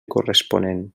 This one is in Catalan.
corresponent